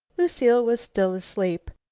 lucile was still asleep.